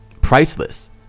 priceless